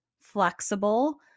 flexible